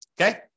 Okay